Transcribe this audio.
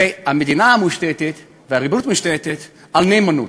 והמדינה מושתתת והריבונות מושתתת על נאמנות,